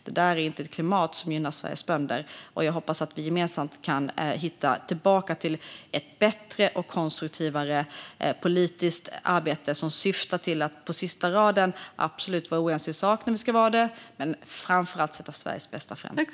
Det är inte ett klimat som gynnar Sveriges bönder. Jag hoppas att vi gemensamt kan hitta tillbaka till ett bättre och mer konstruktivt politiskt arbete som syftar till att på sista raden absolut kunna vara oense i sak men att framför allt sätta Sveriges bästa främst.